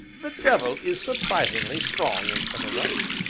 the devil is surprisingly strong in some of us.